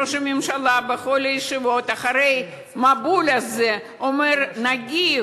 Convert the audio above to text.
ראש הממשלה בכל הישיבות אחרי המבול הזה אומר: נגיב.